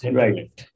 right